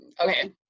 Okay